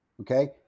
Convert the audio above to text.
okay